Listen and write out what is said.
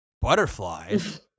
butterflies